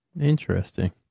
Interesting